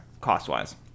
cost-wise